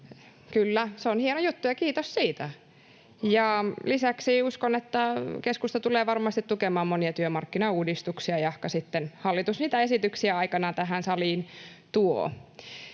Kyllä, se on hieno juttu, ja kiitos siitä. — Lisäksi uskon, että keskusta tulee varmasti tukemaan monia työmarkkinauudistuksia, jahka sitten hallitus niitä esityksiä aikanaan tähän saliin tuo.